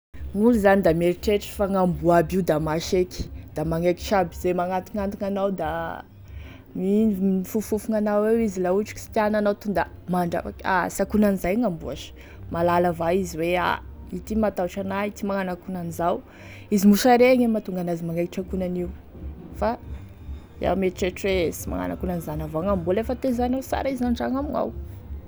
Gn'olo zany da mieritreritry fa gn'amboa aby io da maseky da magnekitry aby ze magnatokatogny anao da izy mifofofofogny anao eo izy la ohatry ky sy tiany anao da mandrapaky, ah sy akonan'izay gn'amboa sh, mahalala avao izy hoe a ity matahotry ana ty magnano akonan'izao, izy mosaregny e mahatonga an'azy magnekitry akonan'io fa iaho mieritreritry hoe sy magnano akonan'izany avao gn'amboa lafa tezainao sara izy gn'andragno amignao.